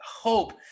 hope